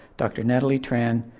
dr. natalie tran,